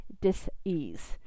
dis-ease